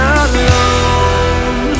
alone